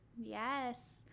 Yes